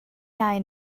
iau